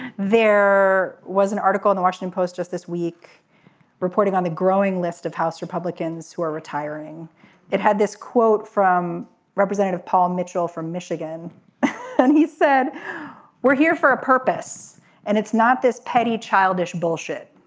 there was an article in the washington post just this week reporting on the growing list of house republicans who are retiring it had this quote from representative paul mitchell from michigan and he said we're here for a purpose and it's not this petty childish bullshit